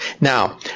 now